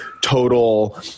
total